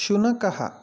शुनकः